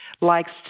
likes